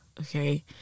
okay